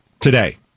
today